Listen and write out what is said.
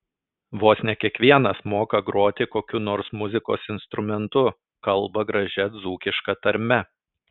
vos ne kiekvienas moka groti kokiu nors muzikos instrumentu kalba gražia dzūkiška tarme